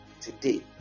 Today